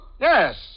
Yes